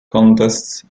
contests